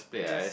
yes